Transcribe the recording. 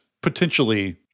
potentially